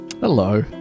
Hello